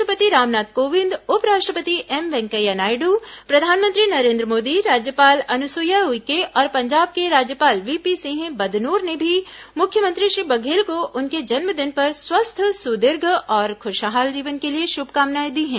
राष्ट्रपति रामनाथ कोविंद उप राष्ट्रपति एम वेंकैया नायडू प्रधानमंत्री नरेन्द्र मोदी राज्यपाल अनुसुईया उइके और पंजाब के राज्यपाल व्हीपी सिंह बदनोर ने भी मुख्यमंत्री श्री बघेल को उनके जन्मदिन पर स्वस्थ सुदीर्घ और खुशहाल जीवन के लिए शुभकामनाएं दी हैं